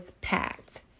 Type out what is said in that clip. packed